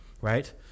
right